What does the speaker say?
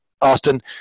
Austin –